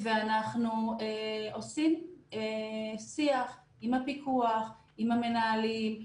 ואנחנו עושים שיח עם הפיקוח, עם המנהלים.